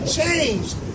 changed